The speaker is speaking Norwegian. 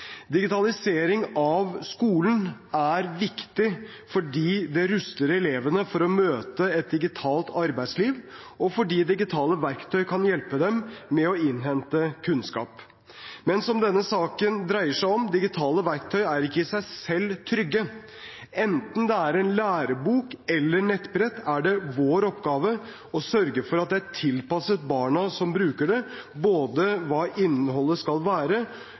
Digitalisering av skolen er viktig fordi det ruster elevene til å møte et digitalt arbeidsliv, og fordi digitale verktøy kan hjelpe dem med å innhente kunnskap. Men som denne saken dreier seg om, er digitale verktøy ikke i seg selv trygge. Enten det er en lærebok eller et nettbrett er det vår oppgave å sørge for at det er tilpasset barna som bruker det, både hva innholdet skal være,